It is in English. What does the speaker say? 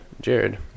Jared